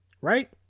right